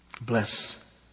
bless